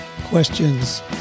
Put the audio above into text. questions